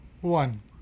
one